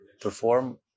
perform